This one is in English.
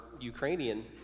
Ukrainian